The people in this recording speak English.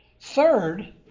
Third